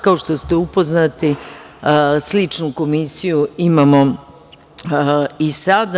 Kao što ste upoznati sličnu Komisiju imamo i sada.